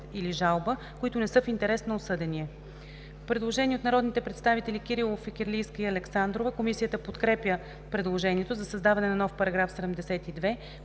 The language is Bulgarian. или жалба, които не са в интерес на осъдения.“ Предложение от народните представители Кирилов, Фикирлийска и Александрова. Комисията подкрепя предложението за създаване на нов § 72.